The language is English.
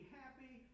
happy